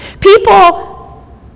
People